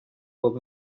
were